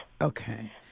Okay